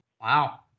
Wow